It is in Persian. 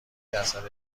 درصد